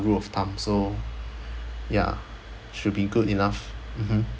rule of thumb so ya should be good enough mmhmm